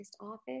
office